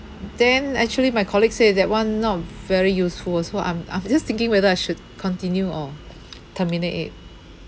then actually my colleague say that [one] not very useful orh so I'm I'm just thinking whether I should continue or terminate it